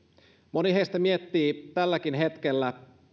moni heistä miettii tälläkin hetkellä